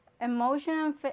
emotion